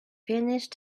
finished